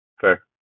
fair